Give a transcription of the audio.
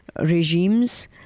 regimes